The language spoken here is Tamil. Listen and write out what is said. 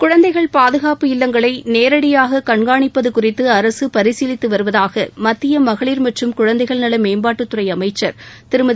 குழந்தைகள் பாதுகாப்பு இல்லங்களை நேரடியாக கண்காணிப்பது குறித்து அரசு பரிசீலித்து வருவதாக மத்திய மகளிர் மற்றும் குழந்தைகள் நல மேம்பாட்டுத்துறை அமைச்ச் திருமதி